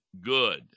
good